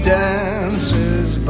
dances